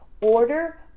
order